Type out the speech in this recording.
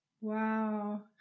Wow